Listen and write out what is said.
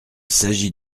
s’agit